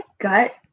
gut